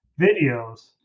videos